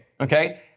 Okay